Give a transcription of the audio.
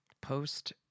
post-